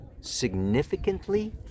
significantly